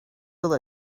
will